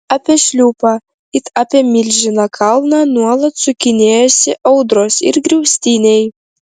apie šliūpą it apie milžiną kalną nuolat sukinėjosi audros ir griaustiniai